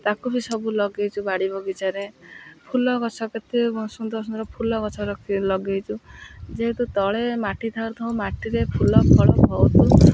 ତାକୁ ବି ସବୁ ଲଗେଇଛୁ ବାଡ଼ି ବଗିଚାରେ ଫୁଲ ଗଛ କେତେ ସୁନ୍ଦର ସୁନ୍ଦର ଫୁଲ ଗଛ ରଖି ଲଗେଇଛୁ ଯେହେତୁ ତଳେ ମାଟି ଥାଉଥାଉ ମାଟିରେ ଫୁଲ ଫଳ ବହୁତ